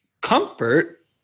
comfort